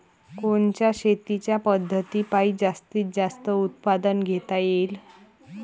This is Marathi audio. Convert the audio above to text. कोनच्या शेतीच्या पद्धतीपायी जास्तीत जास्त उत्पादन घेता येईल?